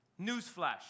Newsflash